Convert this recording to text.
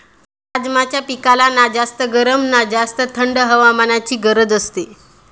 राजमाच्या पिकाला ना जास्त गरम ना जास्त थंड हवामानाची गरज असते